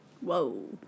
Whoa